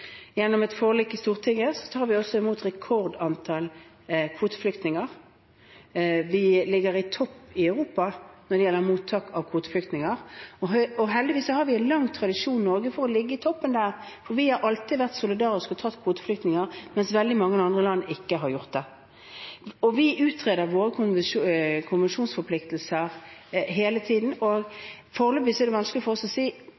Gjennom et forlik i Stortinget tar vi også imot et rekordantall kvoteflyktninger. Vi ligger på topp i Europa når det gjelder mottak av kvoteflyktninger, og heldigvis har vi en lang tradisjon i Norge for å ligge i toppen. Vi har alltid vært solidariske og tatt imot kvoteflyktninger, mens veldig mange andre land ikke har gjort det. Vi utreder våre konvensjonsforpliktelser hele tiden, og foreløpig er det vanskelig for oss å si